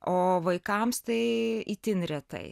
o vaikams tai itin retai